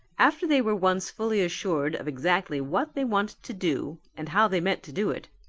after they were once fully assured of exactly what they wanted to do and how they meant to do it,